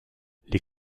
les